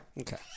Okay